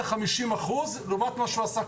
לחמישים אחוז לעומת מה הוא עשה קודם.